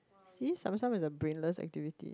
see Tsum Tsum is a brainless activity